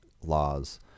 laws